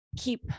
keep